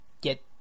get